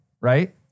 right